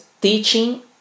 teaching